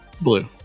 Blue